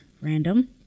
Random